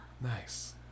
nice